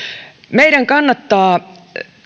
meidän kannattaa